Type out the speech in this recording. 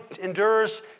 endures